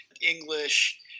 English